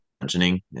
mentioning